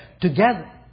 together